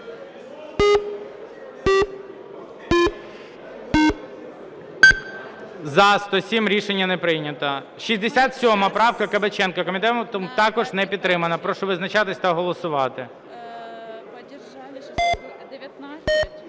За-107 Рішення не прийнято. 67 правка, Кабаченко. Комітетом також не підтримана. Прошу визначатись та голосувати. 11:34:04 За-105